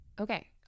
Okay